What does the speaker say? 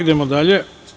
Idemo dalje.